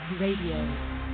Radio